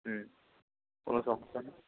হুম কোনো সমস্যা নেই